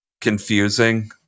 confusing